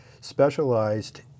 specialized